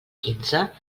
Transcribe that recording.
quinze